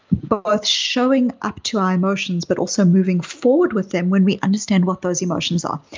both showing up to our emotions but also moving forward with them when we understand what those emotions are.